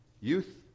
Youth